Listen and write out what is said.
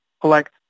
collect